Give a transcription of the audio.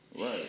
Right